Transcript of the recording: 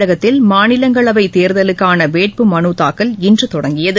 தமிழகத்தில் மாநிலங்களவை தேர்தலுக்கான வேட்பு மனு தாக்கல் இன்று தொடங்கியது